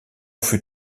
fut